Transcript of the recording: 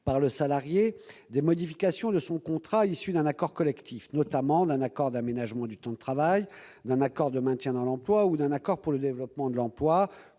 par le salarié des modifications de son contrat issues d'un accord collectif, notamment d'un accord d'aménagement du temps de travail, d'un accord de maintien dans l'emploi ou d'un accord pour le développement de l'emploi,